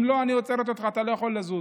אם לא, אני עוצרת אותך, אתה לא יכול לזוז.